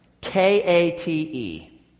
K-A-T-E